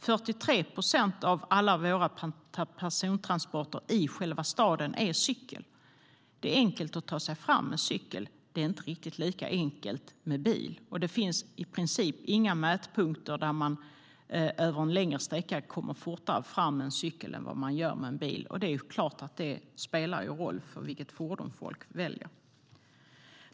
43 procent av alla våra persontransporter i själva staden sker med cykel. Det är enkelt att ta sig fram med cykel. Det är inte riktigt lika enkelt med bil. Det finns i princip inga mätpunkter där man över en längre sträcka inte kommer fortare fram med en cykel än vad man gör med en bil. Det är klart att det spelar roll för vilket fordon folk väljer.